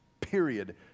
period